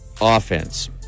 offense